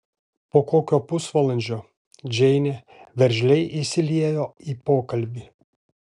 po kokio pusvalandžio džeinė veržliai įsiliejo į pokalbį